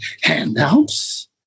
handouts